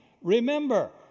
Remember